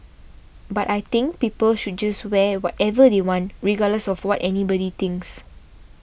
but I think people should just wear whatever they want regardless of what anybody thinks